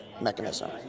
mechanism